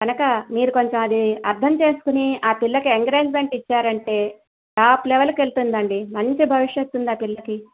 కనక మీరు కొంచెం అది అర్థం చేసుకొని ఆ పిల్లకి ఎంకరేజ్మెంట్ వ్ ఇచ్చారంటే టాప్ లెవెల్కెళ్తుందండి మంచి భవిష్యత్తుంది ఆ పిల్లకి